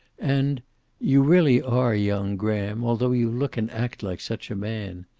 and you really are young, graham, although you look and act like such a man.